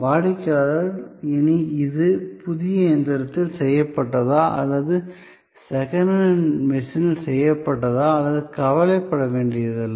வாடிக்கையாளர் இனி இது புதிய இயந்திரத்தில் செய்யப்பட்டதா அல்லது ஒரு செகண்ட் ஹேண்ட் மெஷினில் செய்யப்பட்டதா என்று கவலைப்பட வேண்டியதில்லை